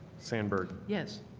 sandburg. yes